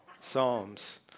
Psalms